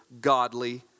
godly